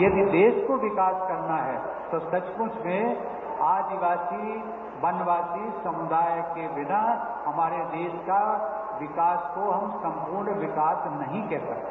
यदि देश को विकास करना है तो सचमुच में आदिवासी वनवासी समुदाय के बिना हमारे देश के विकास को हम संपूर्ण विकास नहीं कह सकते